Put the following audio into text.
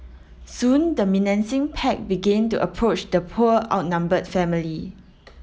soon the menacing pack began to approach the poor outnumbered family